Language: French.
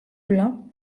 blein